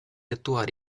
attuare